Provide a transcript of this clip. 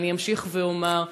ואני אמשיך ואומר,